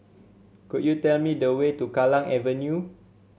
could you tell me the way to Kallang Avenue